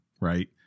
right